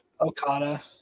Okada